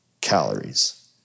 calories